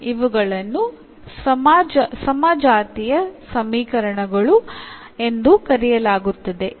ಇವುಗಳನ್ನು ಸಮಜಾತೀಯ ಸಮೀಕರಣಗಳು ಎಂದು ಕರೆಯಲಾಗುತ್ತದೆ